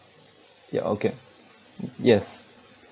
ya okay mm yes